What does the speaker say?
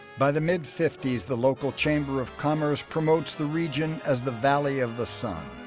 by the mid-fifties the local chamber of commerce promotes the region as the valley of the sun,